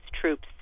troops